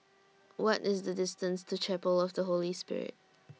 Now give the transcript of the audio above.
What IS The distance to Chapel of The Holy Spirit